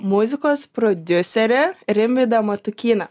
muzikos prodiuserį rimvydą matukyną